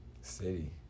City